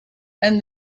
and